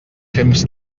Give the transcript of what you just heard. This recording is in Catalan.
fems